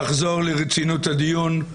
נחזור לרצינות הדיון.